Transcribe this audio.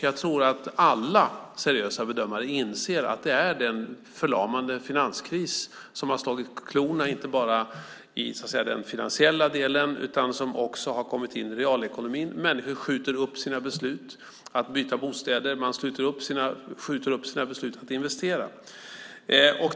Jag tror att alla seriösa bedömare inser att det är den förlamande finanskrisen, som inte bara har slagit klorna i den finansiella delen utan som också har kommit in i realekonomin. Människor skjuter upp sina beslut att byta bostäder. Man skjuter upp sina beslut att investera.